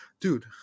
dude